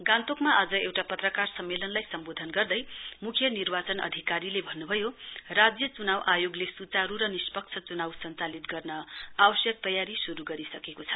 गान्तोकमा आज एउटा पत्रकार सम्मेलनलाई सम्वोधन गर्दै मुख्य निर्वाचन अधिकारीले भन्नुभय राज्य चुनाउ आयोगले सुचारू र निष्पक्ष चुनाउ संचालित गर्न आवश्यक तयारी श्रू गरिसकेको छ